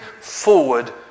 forward